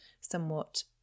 somewhat